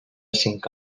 cinc